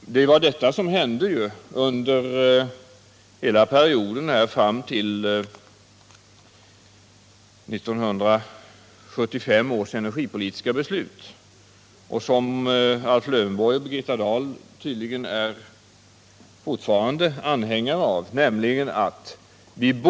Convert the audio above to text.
Det var just vad som hände under hela perioden fram till 1975 års energipolitiska beslut. Birgitta Dahl och Alf Lövenborg är kanske fortfarande anhängare av principen att vi